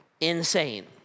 insane